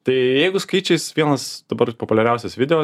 tai jeigu skaičiais vienas dabar populiariausias video